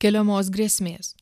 keliamos grėsmės